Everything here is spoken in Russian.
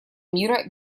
мира